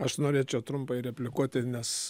aš norėčiau trumpai replikuoti nes